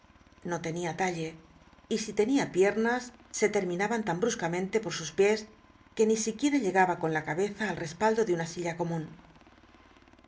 no tenia talle y ti tenia piernas se tcrminaban tan bru se lmentc por sus piés que ni sic ttiem llegaba con la ca beza al respaldo de una silla com